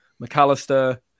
McAllister